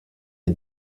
ihr